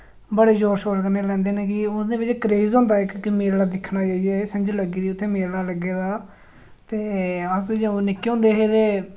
बड़े जोर शोर कन्नै लैंदे न कि ओह्दे बिच क्रेज होंदा इक कि मेला दिक्खना जाइयै सिंझ लग्गी दी उत्थै मेला लग्गे दा ते अस जदूं निक्के होंदे हे ते